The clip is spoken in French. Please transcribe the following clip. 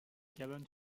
cabanes